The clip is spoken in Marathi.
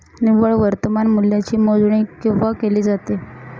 निव्वळ वर्तमान मूल्याची मोजणी केव्हा केली जाते?